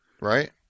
Right